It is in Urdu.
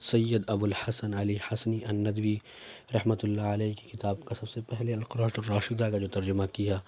سید ابو الحسن علی حسنی الندوی رحمة اللہ علیہ كی كتاب كا سب سے پہلے القراة الراشدہ كا جو ترجمہ كیا